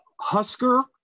Husker